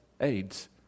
AIDS